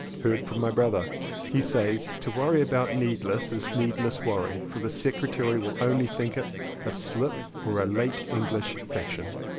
heard from my brother he says to worry about neadless is needless worry, for the secretary will only think it a slip or a late english fashion!